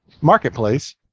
marketplace